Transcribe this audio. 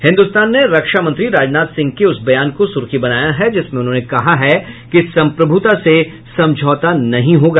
हिन्दुस्तान ने रक्षा मंत्री राजनाथ सिंह के उस बयान को सुर्खी बनाया है जिसमें उन्होंने कहा है कि संप्रभुता से समझौता नहीं होगा